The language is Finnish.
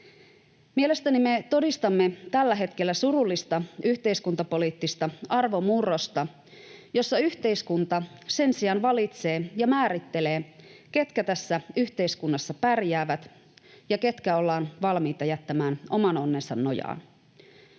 Mielestäni me todistamme tällä hetkellä surullista yhteiskuntapoliittista arvomurrosta, jossa yhteiskunta sen sijaan valitsee ja määrittelee, ketkä tässä yhteiskunnassa pärjäävät ja ketkä ollaan valmiita jättämään oman onnensa nojaan.